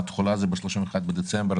והתחולה היא ב-31 בדצמבר,